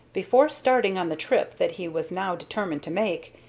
before starting on the trip that he was now determined to make,